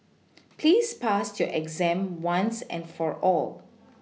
please pass your exam once and for all